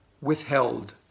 withheld